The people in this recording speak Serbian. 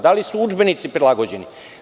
Da li su udžbenici prilagođeni?